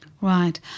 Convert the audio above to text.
right